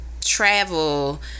travel